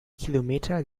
kilometer